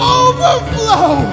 overflow